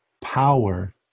power